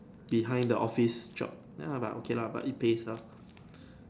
behind the office job ya but okay lah but it pays well